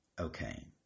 Okay